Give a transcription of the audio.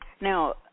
now